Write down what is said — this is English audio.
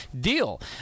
deal